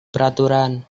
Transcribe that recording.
peraturan